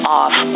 off